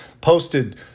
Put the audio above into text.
Posted